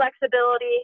flexibility